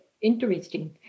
interesting